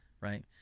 right